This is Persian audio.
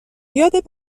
یاد